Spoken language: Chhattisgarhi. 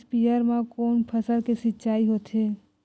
स्पीयर म कोन फसल के सिंचाई होथे?